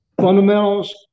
fundamentals